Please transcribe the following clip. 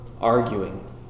Arguing